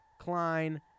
Klein